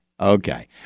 Okay